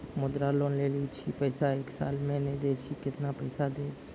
मुद्रा लोन लेने छी पैसा एक साल से ने देने छी केतना पैसा देब?